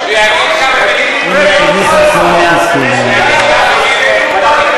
מאז ומעולם שר אוצר, למה אתם לא חוגגים?